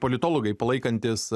politologai palaikantys